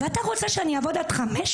ואתה רוצה שאני אעבוד עד 17:00?